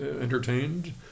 entertained